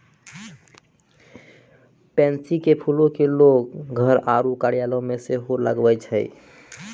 pansy के फूलो के लोगें घर आरु कार्यालय मे सेहो लगाबै छै